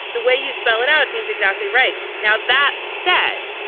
the way you spell it out seems exactly right. now, that said,